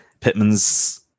Pittman's